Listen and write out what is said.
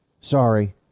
Sorry